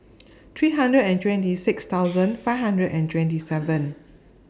three hundred and twenty six thousand five hundred and twenty seven